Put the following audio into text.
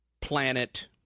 planet